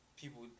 people